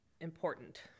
important